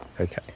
Okay